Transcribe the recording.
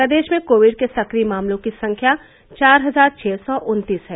प्रदेश में कोविड के सक्रिय मामलों की संख्या चार हजार छः सौ उन्तीस है